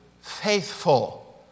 faithful